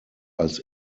als